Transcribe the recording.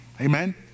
Amen